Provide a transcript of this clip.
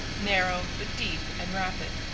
narrow, but deep and rapid,